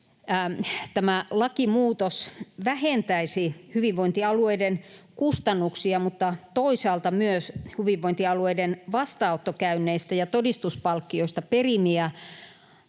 tämä lakimuutos vähentäisi hyvinvointialueiden kustannuksia mutta toisaalta myös hyvinvointialueiden vastaanottokäynneistä ja todistuspalkkioista perimiä